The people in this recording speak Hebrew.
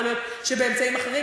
יכול להיות שבאמצעים אחרים,